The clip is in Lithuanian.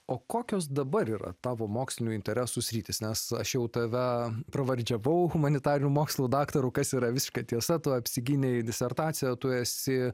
o kokios dabar yra tavo mokslinių interesų sritys nes aš jau tave pravardžiavau humanitarinių mokslų daktaru kas yra visiška tiesa tu apsigynei disertaciją o tu esi